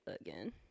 again